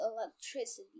electricity